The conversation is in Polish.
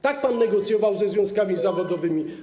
Tak pan negocjował ze związkami zawodowymi.